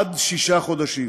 עד שישה חודשים,